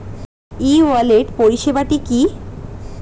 ই wallet পরিষেবাটি কি?